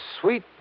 sweet